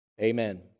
Amen